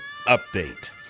Update